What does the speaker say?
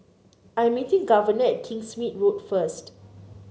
I'm meeting Governor at Kingsmead Road first